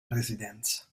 residenza